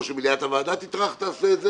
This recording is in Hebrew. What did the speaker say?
או שמליאת הוועדה תטרח ותעשה את זה,